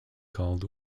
called